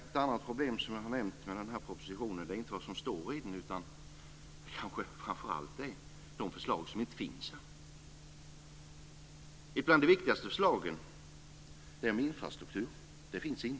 Ett annat problem som jag har nämnt med den här propositionen gäller inte vad som står i den utan framför allt de förslag som den inte innehåller. Bland det viktigaste i sammanhanget är de infrastrukturförslag som inte finns här.